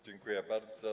Dziękuję bardzo.